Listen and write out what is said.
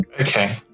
Okay